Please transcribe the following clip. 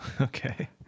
Okay